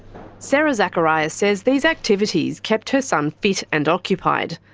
sara zakaria says these activities kept her son fit and occupied.